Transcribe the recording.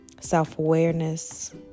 self-awareness